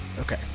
okay